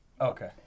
Okay